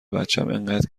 بچم، انقدر